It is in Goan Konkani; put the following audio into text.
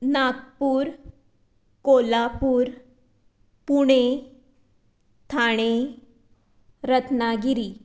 नागपूर कोल्हापूर पुणे थाणे रत्नागिरी